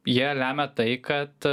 jie lemia tai kad